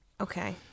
Okay